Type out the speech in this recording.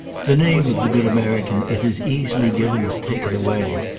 the name of the good american is as easily given as taken away!